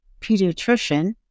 pediatrician